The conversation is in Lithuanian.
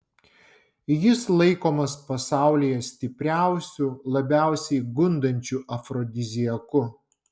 jis laikomas pasaulyje stipriausiu labiausiai gundančiu afrodiziaku